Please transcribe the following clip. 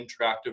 interactive